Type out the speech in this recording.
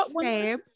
babe